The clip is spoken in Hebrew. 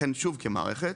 לכן שוב, כמערכת,